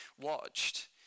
watched